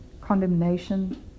condemnation